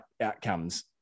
outcomes